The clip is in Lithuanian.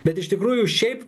bet iš tikrųjų šiaip